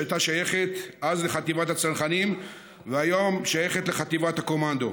שהייתה שייכת אז לחטיבת הצנחנים והיום שייכת לחטיבת הקומנדו.